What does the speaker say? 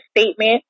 statement